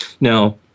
Now